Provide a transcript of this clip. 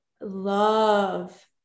love